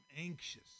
anxious